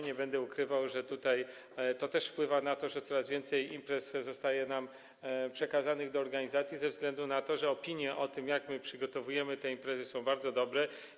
Nie będę ukrywał, że to też wpływa na to, że coraz więcej imprez zostaje nam przekazanych do organizacji ze względu na to, że opinie o tym, jak przygotowujemy te imprezy, są bardzo dobre.